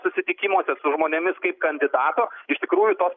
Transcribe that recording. susitikimuose su žmonėmis kaip kandidato iš tikrųjų tos